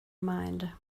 mind